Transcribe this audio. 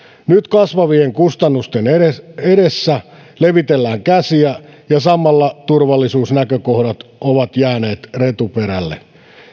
nyt kasvavien kustannusten edessä edessä levitellään käsiä ja samalla turvallisuusnäkökohdat ovat jääneet retuperälle